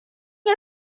yi